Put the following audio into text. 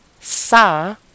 sa